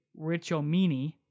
Richomini